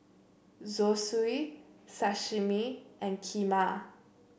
Zosui Sashimi and Kheema